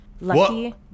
Lucky